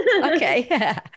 Okay